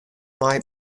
mei